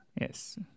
Yes